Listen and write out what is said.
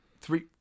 Three